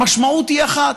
המשמעות היא אחת,